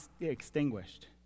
extinguished